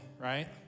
right